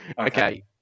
Okay